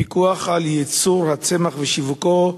פיקוח על ייצור הצמח ושיווקו,